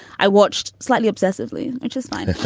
i watched slightly, obsessively, which is fine,